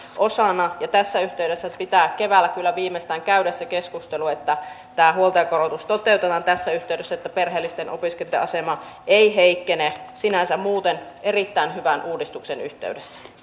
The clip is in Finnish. osana ja tässä yhteydessä pitää keväällä kyllä viimeistään käydä se keskustelu että tämä huoltajakorotus toteutetaan tässä yhteydessä että perheellisten opiskelijoitten asema ei heikkene sinänsä muuten erittäin hyvän uudistuksen yhteydessä